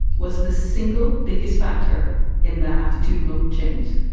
was the single biggest factor in that attitudinal change.